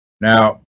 Now